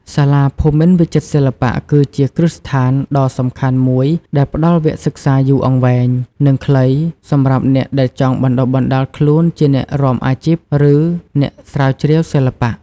សាលាភូមិន្ទវិចិត្រសិល្បៈ គឺជាគ្រឹះស្ថានដ៏សំខាន់មួយដែលផ្ដល់វគ្គសិក្សាយូរអង្វែង និងខ្លីសម្រាប់អ្នកដែលចង់បណ្ដុះបណ្ដាលខ្លួនជាអ្នករាំអាជីព ឬអ្នកស្រាវជ្រាវសិល្បៈ។